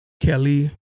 Kelly